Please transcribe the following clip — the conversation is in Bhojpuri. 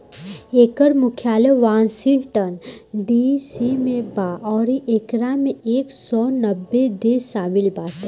एकर मुख्यालय वाशिंगटन डी.सी में बा अउरी एकरा में एक सौ नब्बे देश शामिल बाटे